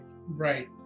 Right